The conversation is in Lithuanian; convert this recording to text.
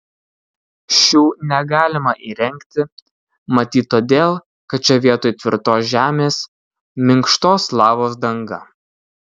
šių negalima įrengti matyt todėl kad čia vietoj tvirtos žemės minkštos lavos danga